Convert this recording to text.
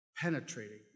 penetrating